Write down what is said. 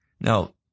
Now